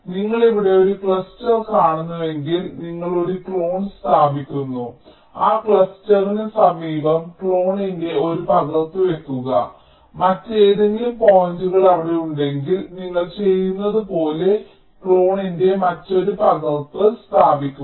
നിങ്ങൾ ഇവിടെ ഒരു ക്ലസ്റ്റർ കാണുന്നുവെങ്കിൽ നിങ്ങൾ ഒരു ക്ലോൺ സ്ഥാപിക്കുന്നു ആ ക്ലസ്റ്ററിന് സമീപം ക്ലോണിന്റെ ഒരു പകർപ്പ് വയ്ക്കുക മറ്റേതെങ്കിലും പോയിന്റുകൾ അവിടെ ഉണ്ടെങ്കിൽ നിങ്ങൾ ചെയ്യുന്നതു പോലെ ക്ലോണിന്റെ മറ്റൊരു പകർപ്പ് സ്ഥാപിക്കുക